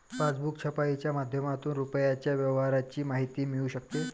passbook छपाईच्या माध्यमातून रुपयाच्या व्यवहाराची माहिती मिळू शकते